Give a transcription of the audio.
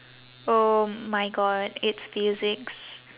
oh my god it's physics